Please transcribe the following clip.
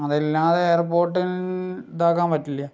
അതില്ലാത്ത എയർപോർട്ടിൽ ഇതാക്കാൻ പറ്റില്ല